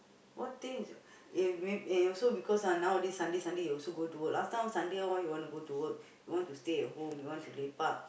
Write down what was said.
what things eh and you and also because nowadays Sundays Sundays you also go to work last time Sunday all you won't go to work you want to stay at home you want to lepak